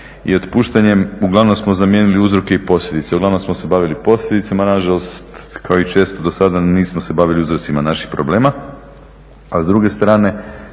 i otpuštanjem uglavnom smo zamijenili uzroke i posljedice. Uglavnom smo se bavili posljedicama, a nažalost kao i često dosada nismo se bavili uzrocima naših problema. A s druge strane